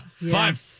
Five